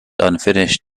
unfinished